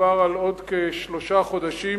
מדובר על עוד כשלושה חודשים